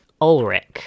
Ulrich